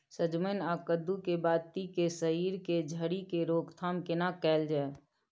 सजमैन आ कद्दू के बाती के सईर के झरि के रोकथाम केना कैल जाय?